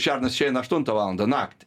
šernas išeina aštuntą valandą naktį